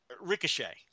Ricochet